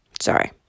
Sorry